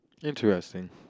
Interesting